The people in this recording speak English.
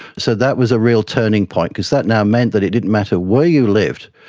so that was a real turning point because that now meant that it didn't matter where you lived,